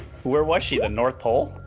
where was she, the north pole?